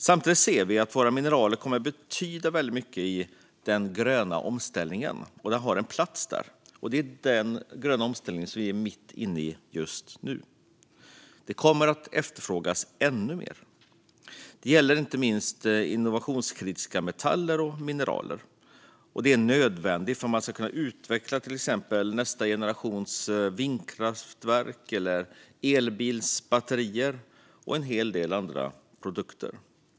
Samtidigt ser vi att våra mineral kommer att betyda väldigt mycket i den gröna omställningen, som vi är mitt inne i just nu, och det kommer att efterfrågas ännu mer. Det gäller inte minst innovationskritiska metaller och mineral som är nödvändiga för att man ska kunna utveckla till exempel nästa generations vindkraftverk, elbilsbatterier och en hel del andra produkter.